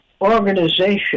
organization